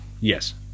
Yes